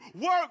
work